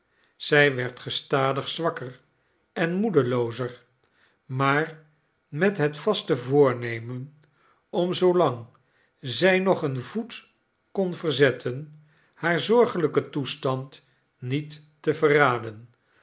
zij werd gestadig zwakker en moedeloozer maar met het vaste voornemen om zoolang zij nog een voet kon verzetten haar zorgelijken toestand niet te verraden